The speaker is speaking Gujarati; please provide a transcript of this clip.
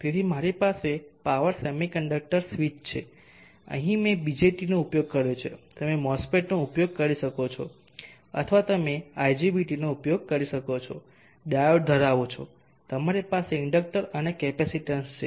તેથી મારી પાસે પાવર સેમિકન્ડક્ટર સ્વીચ છે અહીં મેં BJT નો ઉપયોગ કર્યો છે તમે MOSFET નો ઉપયોગ કરી શકો છો અથવા તમે IGBT નો ઉપયોગ કરી શકો છો ડાયોડ ધરાવો છો અને તમારી પાસે ઇન્ડક્ટર અને કેપેસિટીન્સ છે